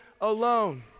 alone